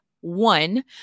one